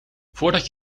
voordat